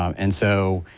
um and so,